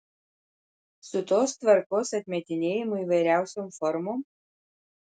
su tos tvarkos atmetinėjimu įvairiausiom formom